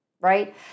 right